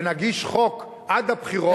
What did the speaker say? ונגיש חוק עד הבחירות,